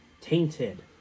tainted